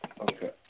Okay